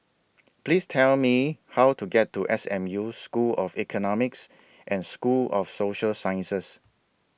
Please Tell Me How to get to S M U School of Economics and School of Social Sciences